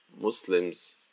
Muslims